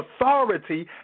authority